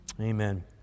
Amen